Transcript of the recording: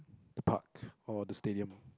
the park or the stadium